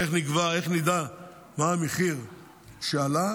איך נדע מה המחיר שעלה?